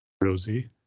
Rosie